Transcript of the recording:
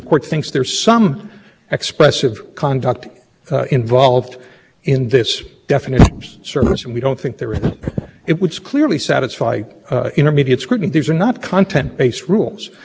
in the argument it's because the commission has properly classified broadband internet access service as a title two telecommunications service a common carrier service common carriage has never been thought to be a service which